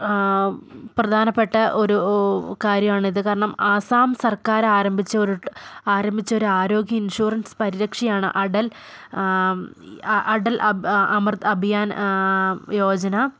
പ്രധാനപ്പെട്ട ഒരു കാര്യമാണിത് കാരണം ആസാം സർക്കാർ ആരംഭിച്ച ഒരു ആരംഭിച്ച ഒരു ആരോഗ്യ ഇൻഷുറൻസ് പരിരക്ഷയാണ് അടൽ അടൽ അമൃത് അഭിയാൻ യോജന